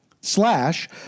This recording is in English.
slash